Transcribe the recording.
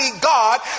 God